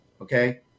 Okay